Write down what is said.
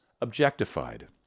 objectified